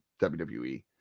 wwe